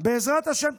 בעזרת השם,